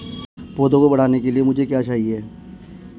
पौधे के बढ़ने के लिए मुझे क्या चाहिए?